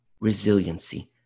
resiliency